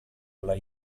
dalla